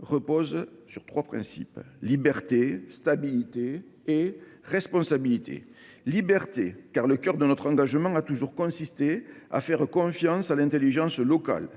reposent sur trois principes : la liberté, la stabilité et la responsabilité. La liberté, car le cœur de notre engagement a toujours consisté à faire confiance à l’intelligence locale.